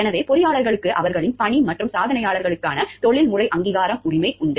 எனவே பொறியாளர்களுக்கு அவர்களின் பணி மற்றும் சாதனைகளுக்கான தொழில்முறை அங்கீகாரம் உரிமை உண்டு